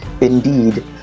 indeed